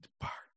Depart